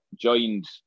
joined